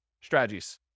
strategies